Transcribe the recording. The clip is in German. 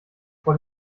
vor